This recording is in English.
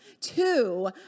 two